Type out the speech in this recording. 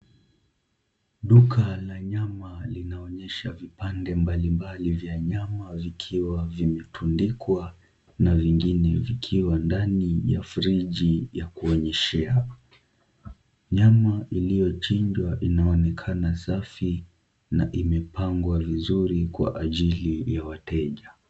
Duka la nyama linaonyesha vipande mbalimbali vya nyama vikiwa vimetundikwa na vingine vikiwa ndani ya friji ya kuonyeshea. Nyama iliyochinjwa inaonekana safi na imepangwa vizuri kwa ajili ya wateja.